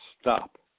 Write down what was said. Stop